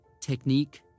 Technique